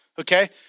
Okay